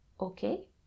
okay